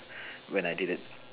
when I did it